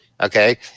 Okay